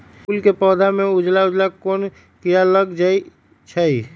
फूल के पौधा में उजला उजला कोन किरा लग जई छइ?